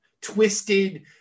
twisted